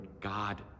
God